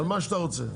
על מה שאתה רוצה.